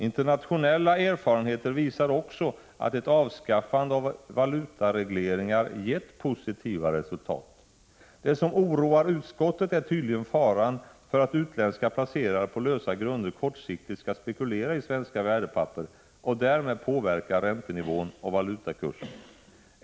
Internationella erfarenheter visar också att ett avskaffande av valutaregleringar gett positiva resultat. Det som oroar utskottet är tydligen faran för att utländska placerare på lösa grunder kortsiktigt skall spekulera i svenska värdepapper och därmed påverka räntenivån och valutakursen.